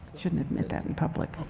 shouldn't admit that in public.